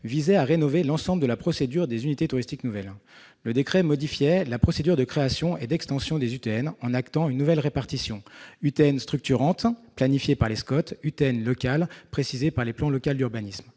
visait à rénover l'ensemble de la procédure des unités touristiques nouvelles. Le décret modifiait la procédure de création et d'extension des UTN, en actant une nouvelle répartition :« UTN structurantes » planifiées par les SCOT, les schémas de cohérence territoriale,